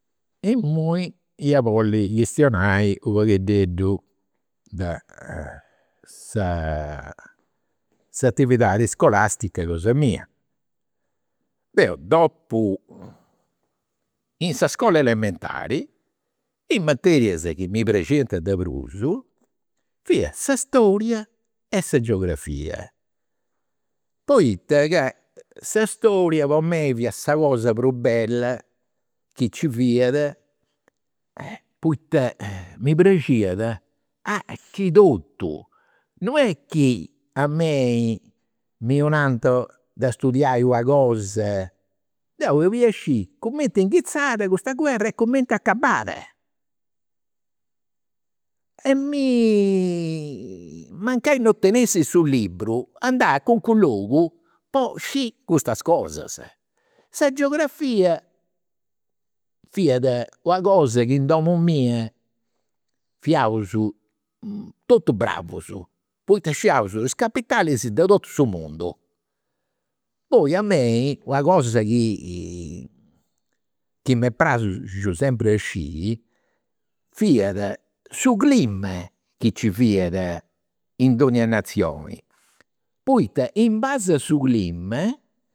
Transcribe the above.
Imui ia boliri chistionai u' paghededdu de sa s'atividadi scolastica cosa mia. Deu dopu, in sa iscola elementari is materias chi mi praxiant de prus fiat sa storia e sa geografia. Poita ca sa storia po mei fiat sa cosa prus bella chi nci fiat poita mi praxiat a chi totu, non est chi a mei mi 'onant de studiai una cosa. Deu 'olia sciri cumenti custa guerra e cumenti acabat e mi, mancai non tenessi su libru, andau a calincunu logu po sciri custas cosas. Sa geografia fiat una cosa chi in domu mia fiaus totus bravus poita scidiaus is capitalis de totu su mundu. Poi a mei una cosa chi chi m'est praxiu sempri a sciri, fiat su clima chi nci fiat in nazioni. Poita in base a su clima